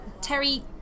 Terry